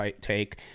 take